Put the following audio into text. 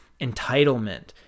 entitlement